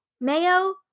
Mayo